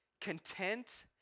Content